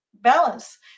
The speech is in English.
balance